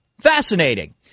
Fascinating